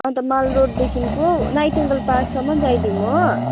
अन्त माल रोडदेखिको नाइटेङ्गल पार्कसम्म जाइदिउँ हो